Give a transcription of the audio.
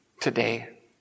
today